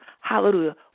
hallelujah